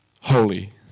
holy